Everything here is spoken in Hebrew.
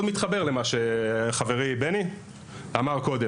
שמאוד מתחברת לדברים שאמר קודם חברי בני על המערכת,